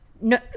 no